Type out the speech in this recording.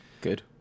good